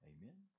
Amen